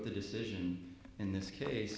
the decision in this case